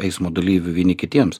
eismo dalyvių vieni kitiems